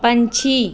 ਪੰਛੀ